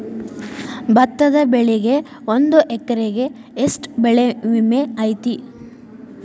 ಭತ್ತದ ಬೆಳಿಗೆ ಒಂದು ಎಕರೆಗೆ ಎಷ್ಟ ಬೆಳೆ ವಿಮೆ ಐತಿ?